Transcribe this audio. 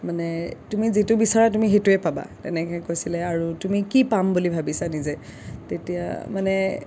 মানে তুমি যিটো বিচাৰা তুমি সেইটোৱে পাবা তেনেকে কৈছিলে আৰু তুমি কি পাম বুলি ভাবিছা নিজে তেতিয়া মানে